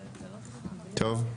טוב.